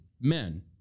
men